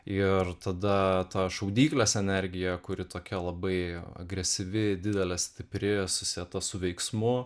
ir tada tą šaudyklės energiją kuri tokia labai agresyvi didelė stipri susieta su veiksmu